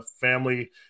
family